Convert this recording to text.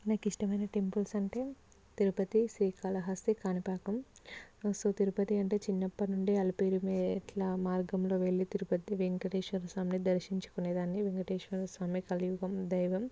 నాకు ఇష్టమైన టెంపుల్స్ అంటే తిరుపతి శ్రీకాళహస్తి కాణిపాకం ప్రస్తుతం తిరుపతి అంటే చిన్నప్పటి నుండి అలిపిరి మెట్ల మార్గంలో వెళ్ళి తిరుపతి వెంకటేశ్వర స్వామిని దర్శించుకునే దాన్ని వెంకటేశ్వరస్వామి కలియుగ దైవం